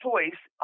choice